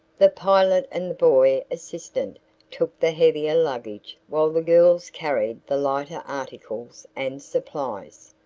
the pilot and the boy assistant took the heavier luggage while the girls carried the lighter articles and supplies.